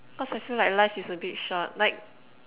because I feel like life is a bit short like